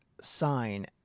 sign